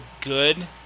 good